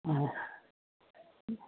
हुँ